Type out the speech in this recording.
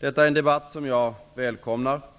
Detta är en debatt jag välkomnar.